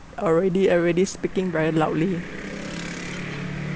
already already speaking very loudly